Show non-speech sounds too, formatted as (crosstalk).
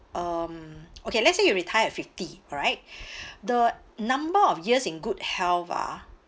okay let's say you retire at fifty alright (breath) the number of years in good health ah